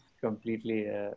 completely